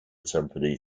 temporary